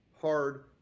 hard